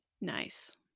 nice